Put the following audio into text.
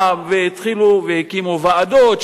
והתחילו והקימו ועדות,